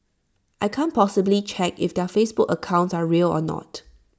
I can't possibly check if their Facebook accounts are real or not